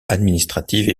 administratives